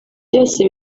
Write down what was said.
byose